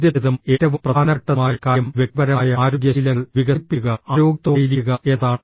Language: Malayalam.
ആദ്യത്തേതും ഏറ്റവും പ്രധാനപ്പെട്ടതുമായ കാര്യം വ്യക്തിപരമായ ആരോഗ്യ ശീലങ്ങൾ വികസിപ്പിക്കുക ആരോഗ്യത്തോടെയിരിക്കുക എന്നതാണ്